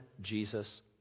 Jesus